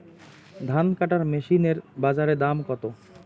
ধান কাটার মেশিন এর বাজারে দাম কতো?